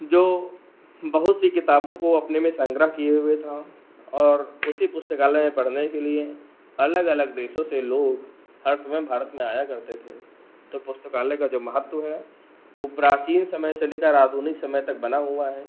जो बहुत सी किताबों को अपने में सन्ग्रह किए हुए था और उसी पुस्तकालय में पढ़ने के लिए अलग अलग देशों से लोग हर समय भारत में आया करते थे तो पुस्तकालय का जो महत्व है वह प्राचीन समय से लेकर आधुनिक समय तक बना हुआ है